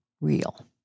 real